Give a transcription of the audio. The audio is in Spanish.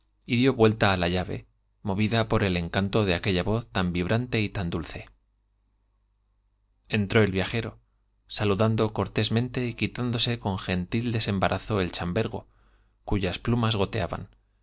y dió vuelta á la llave movida por el encanto de aquella voz tan vibrante y tan dulce entró el viajero saludando cortésmente y quitán dose con gentil desembarazo el chambergo cuyas plu mas goteaban